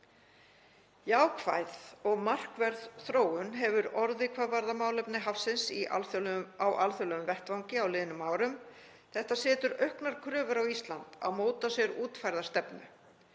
Jákvæð og markverð þróun hefur orðið hvað varðar málefni hafsins á alþjóðlegum vettvangi á liðnum árum. Þetta setur auknar kröfur á Ísland að móta sér útfærða stefnu.